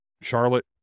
Charlotte